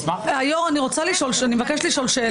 היו"ר, אני מבקשת לשאול שאלה.